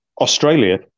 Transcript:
Australia